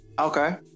Okay